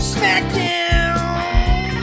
SmackDown